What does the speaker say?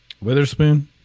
Witherspoon